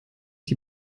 die